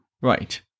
right